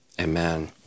Amen